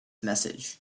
message